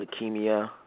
leukemia